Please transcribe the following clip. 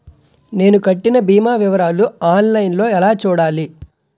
నేను కట్టిన భీమా వివరాలు ఆన్ లైన్ లో ఎలా చూడాలి?